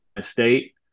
state